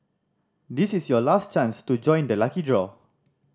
this is your last chance to join the lucky draw